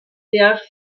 der